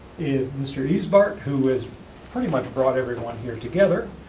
if mr. ysebaert, who has pretty much brought everyone here together,